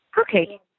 Okay